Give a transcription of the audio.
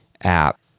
app